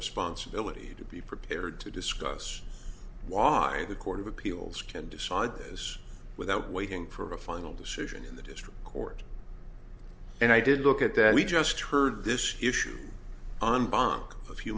responsibility to be prepared to discuss why the court of appeals can decide this without waiting for a final decision in the district court and i did look at that we just heard this issue on bond a few